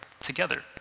together